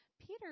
Peter